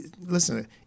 listen